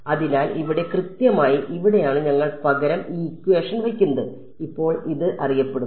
അതിനാൽ ഇവിടെ കൃത്യമായി ഇവിടെയാണ് ഞങ്ങൾ പകരം വയ്ക്കുന്നത് ഇപ്പോൾ ഇത് അറിയപ്പെടുന്നു